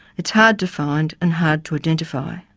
it's hard to find and hard to identify.